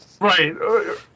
Right